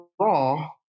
raw